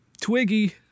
Twiggy